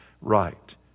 right